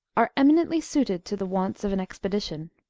are eminently suited to the wants of an expedition.